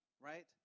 Right